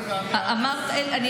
אתם תקלה,